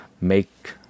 make